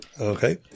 Okay